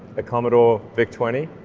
a commodore vic twenty.